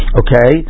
okay